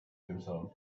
himself